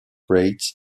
rates